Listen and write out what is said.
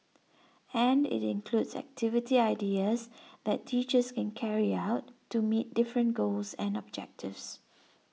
and it includes activity ideas that teachers can carry out to meet different goals and objectives